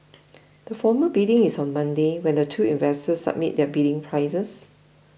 the formal bidding is on Monday when the two investors submit their bidding prices